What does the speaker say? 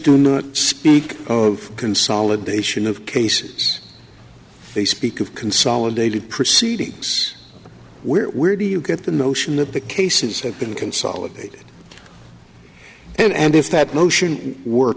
to speak of consolidation of cases they speak of consolidated proceedings where were do you get the notion that the cases have been consolidated and if that motion w